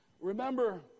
Remember